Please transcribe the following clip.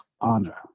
honor